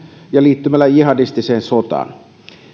ja liittymään jihadistiseen sotaan